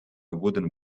wooden